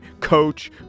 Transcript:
Coach